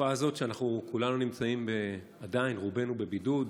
בתקופה הזאת רובנו נמצאים עדיין בבידוד,